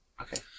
Okay